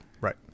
right